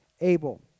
Abel